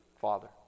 Father